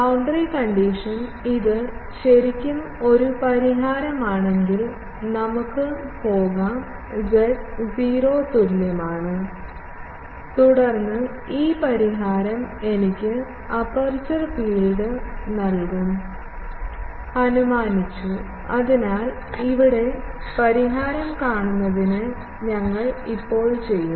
boundary condition ഇത് ശരിക്കും ഒരു പരിഹാരമാണെങ്കിൽ നമുക്ക് പോകാം z 0 തുല്യമാണ് തുടർന്ന് ഈ പരിഹാരം എനിക്ക് അപ്പർച്ചർ ഫീൽഡ് നൽകും അനുമാനിച്ചു അതിനാൽ ഇവിടെ പരിഹാരം കാണുന്നതിന് ഞങ്ങൾ ഇപ്പോൾ ചെയ്യും